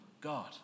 God